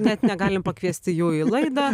net negalim pakviesti jų į laidą